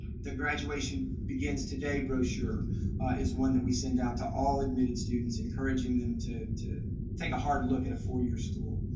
the graduation begins today brochure is one that we send out to all admitted students, encouraging them to to take a hard look at a four-year school.